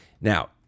Now